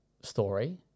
story